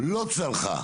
צלחה,